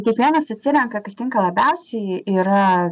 kiekvienas atsirenka kas tinka labiausiai yra